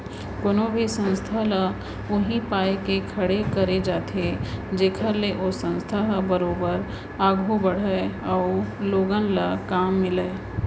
कोनो भी संस्था ल उही पाय के खड़े करे जाथे जेखर ले ओ संस्था ह बरोबर आघू बड़हय अउ लोगन ल काम मिलय